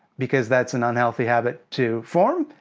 because that's an unhealthy habit to form.